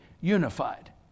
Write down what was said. unified